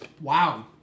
Wow